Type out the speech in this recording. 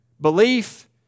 Belief